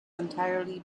entirely